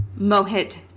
Mohit